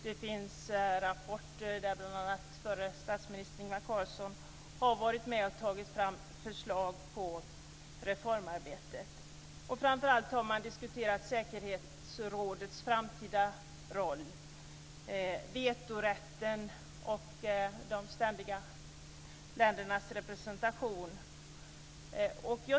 Det finns rapporter där bl.a. förre statsministern Ingvar Carlsson har varit med och tagit fram förslag till reformarbetet. Framför allt har man diskuterat säkerhetsrådets framtida roll. Det gäller vetorätten och de ständiga medlemsländernas representation.